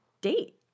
date